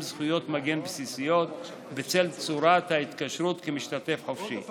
זכויות מגן בסיסיות בשל צורת ההתקשרות כמשתתף חופשי.